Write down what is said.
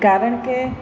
કારણ કે